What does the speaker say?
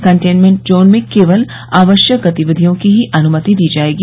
containment zone में केवल आवश्यक गतिविधियों की ही अनुमति दी जाएगी